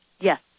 Yes